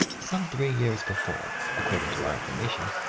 some three years before, according to our information,